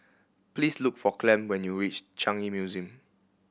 please look for Clem when you reach Changi Museum